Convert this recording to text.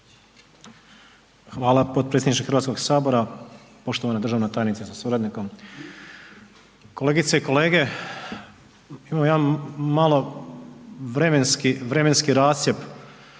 Hvala potpredsjedniče Hrvatskog sabora, poštovana državna tajnice sa suradnikom, kolegice i kolege imam jedan malo vremenski,